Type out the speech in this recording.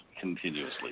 continuously